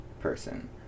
person